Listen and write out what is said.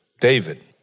David